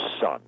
son